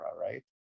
right